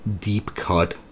deep-cut